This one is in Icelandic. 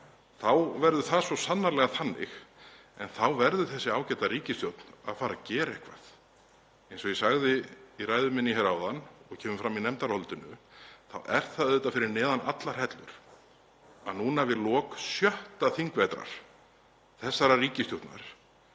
þá verður það svo sannarlega þannig en þá verður þessi ágæta ríkisstjórn að fara að gera eitthvað. Eins og ég sagði í ræðu minni hér áðan, og kemur fram í nefndarálitinu, þá er það auðvitað fyrir neðan allar hellur að við lok sjötta þingvetrar þessarar ríkisstjórnar